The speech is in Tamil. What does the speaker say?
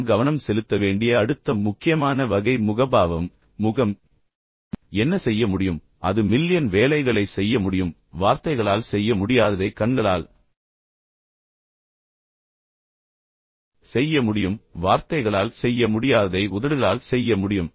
நாம் கவனம் செலுத்த வேண்டிய அடுத்த முக்கியமான வகை முகபாவம் முகம் என்ன செய்ய முடியும் அது மில்லியன் வேலைகளை செய்ய முடியும் வார்த்தைகளால் செய்ய முடியாததை கண்களால் செய்ய முடியும் வார்த்தைகளால் செய்ய முடியாததை உதடுகளால் செய்ய முடியும்